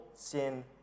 Sin